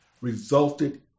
resulted